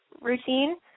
routine